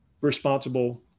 responsible